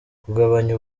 kugabanya